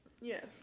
yes